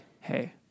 hey